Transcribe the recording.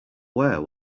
where